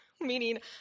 Meaning